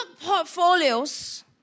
portfolios